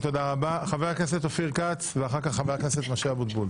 חבר הכנסת אופיר כץ ואחריו חבר הכנסת משה אבוטבול.